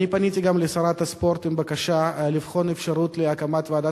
אני פניתי גם לשרת הספורט בבקשה לבחון אפשרות להקמת ועדת